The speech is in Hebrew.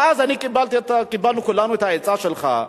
ואז אני קיבלתי, קיבלנו כולנו, את העצה שלך,